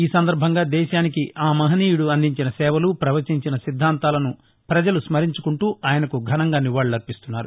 ఈ సందర్బంగా దేశానికి ఆ మహనీయుడు అందించిన సేవలు పవచించిన సిద్గాంతాలను పజలు స్మరించుకుంటూ ఆయనకు ఘనంగా నివాళులర్పిస్తున్నారు